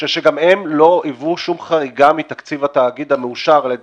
שגם הם לא היוו שום חריגה מתקציב התאגיד המאושר.